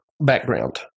background